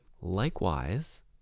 Likewise